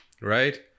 Right